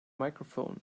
microphone